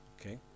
Okay